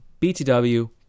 BTW